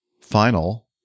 final